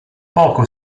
poco